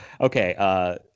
okay